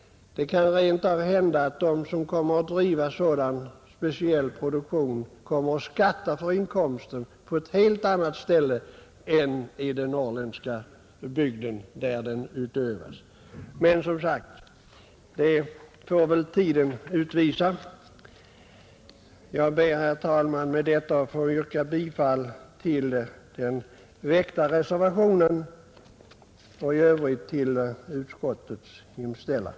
Det kan rent av hända att de som kommer att driva en sådan speciell produktion kommer skatta för inkomsten på ett helt annat ställe än i den norrländska byggd där produktionen sker. Men, som sagt, det får väl tiden utvisa. Jag ber, herr talman, med detta att få yrka bifall till den väckta reservationen och i övrigt till utskottets hemställan.